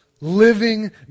Living